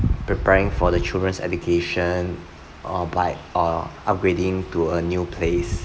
preparing for their children's education or buy or upgrading to a new place